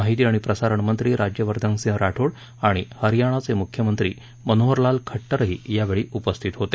माहिती आणि प्रसारण मंत्री राज्यवर्धन सिंह राठोड आणि हरयाणाचे मुख्यमंत्री मनोहरलाल खट्टरही यावेळी उपस्थित होते